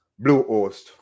Bluehost